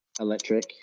Electric